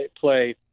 play –